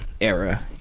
era